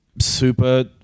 super